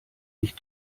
nicht